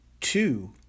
Two